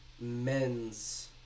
Men's